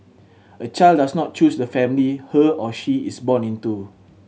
a child does not choose the family her or she is born into